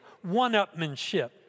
one-upmanship